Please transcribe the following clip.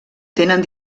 tenen